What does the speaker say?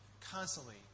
constantly